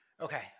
Okay